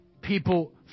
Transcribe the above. people